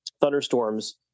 thunderstorms